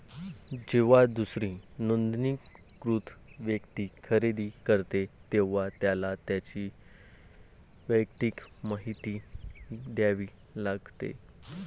जेव्हा दुसरी नोंदणीकृत व्यक्ती खरेदी करते, तेव्हा त्याला त्याची वैयक्तिक माहिती द्यावी लागते